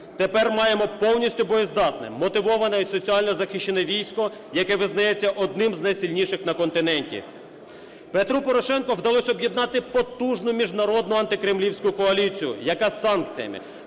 Тепер маємо повністю боєздатне, мотивоване і соціально захищене військо, яке визнається одним з найсильніших на континенті. Петру Порошенку вдалося об'єднати потужну міжнародну антикремлівську коаліцію, яка санкціями,